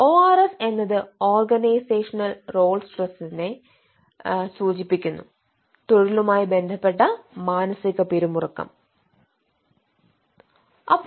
ORS എന്നത് organisational role സ്ട്രെസിനെ തൊഴിലുമായി ബന്ധപ്പെട്ട മാനസിക പിരിമുറുക്കം സൂചിപ്പിക്കുന്നു